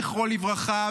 זכרו לברכה,